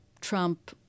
Trump